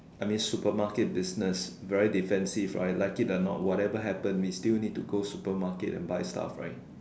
I mean supermarket business very defensive I like it or not what happen we still need to go supermarket and buy stuff right